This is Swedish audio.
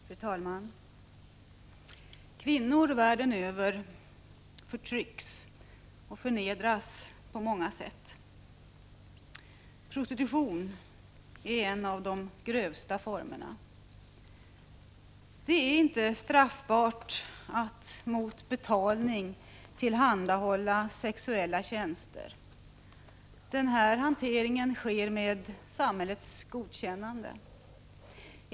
Fru talman! Kvinnor världen över förtrycks och förnedras på många sätt. Prostitutionen är en av de grövsta formerna av kvinnoförtryck och kvinnoförnedring. Det är inte straffbart att mot betalning tillhandahålla sexuella tjänster. Denna hantering sker med samhällets godkännande.